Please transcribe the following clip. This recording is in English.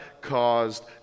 caused